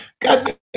god